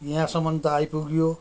यहाँसम्म त आइपुगियो